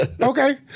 Okay